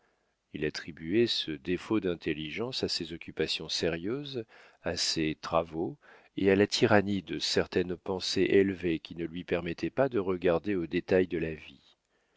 il attribuait ce défaut d'intelligence à ses occupations sérieuses à ses travaux et à la tyrannie de certaines pensées élevées qui ne lui permettaient pas de regarder aux détails de la vie